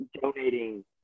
donating